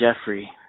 Jeffrey